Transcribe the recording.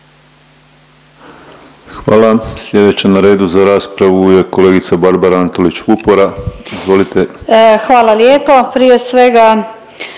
Hvala. Sljedeća na redu za raspravu je kolegica Barbara Antolić Vupora, izvolite. **Antolić Vupora, Barbara